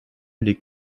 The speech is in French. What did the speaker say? les